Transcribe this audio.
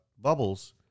bubbles